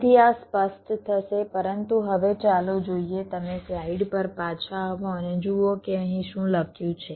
તેથી આ સ્પષ્ટ થશે પરંતુ હવે ચાલો જોઈએ તમે સ્લાઇડ પર પાછા આવો અને જુઓ કે અહીં શું લખ્યું છે